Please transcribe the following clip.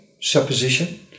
supposition